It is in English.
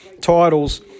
titles